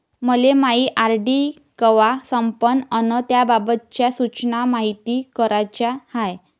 मले मायी आर.डी कवा संपन अन त्याबाबतच्या सूचना मायती कराच्या हाय